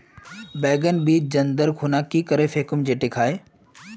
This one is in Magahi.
बैगन बीज टन दर खुना की करे फेकुम जे टिक हाई?